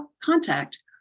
contact